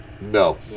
No